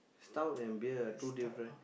stout and beer are two different